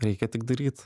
reikia tik daryt